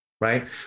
right